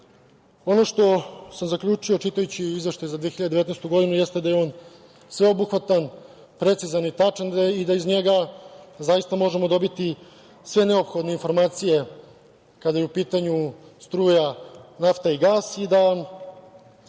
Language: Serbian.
što sam zaključio čitajući Izveštaj za 2019. godinu jeste da je on sveobuhvatan, precizan i tačan i da iz njega zaista možemo dobiti sve neophodne informacije kada je u pitanju struja, nafta i gas. Kada